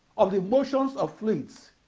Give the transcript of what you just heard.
of the motions of fluids